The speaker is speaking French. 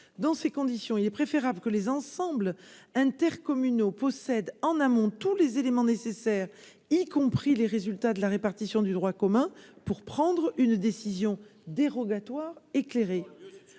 dans ces conditions, il est préférable que les ensembles intercommunaux possède en amont tous les éléments nécessaires, y compris les résultats de la répartition du droit commun pour prendre une décision dérogatoire éclairé